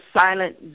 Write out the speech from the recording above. silent